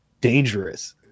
dangerous